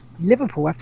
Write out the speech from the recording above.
Liverpool